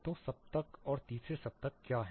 तो सप्तक और तीसरे सप्तक क्या है